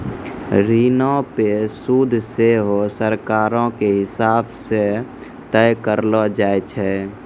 ऋणो पे सूद सेहो सरकारो के हिसाब से तय करलो जाय छै